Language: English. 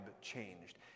changed